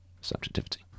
subjectivity